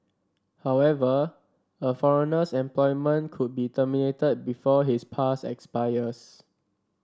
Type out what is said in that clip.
however a foreigner's employment could be terminated before his pass expires